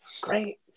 Great